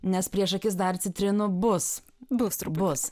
nes prieš akis dar citrinų bus bus turbūt bus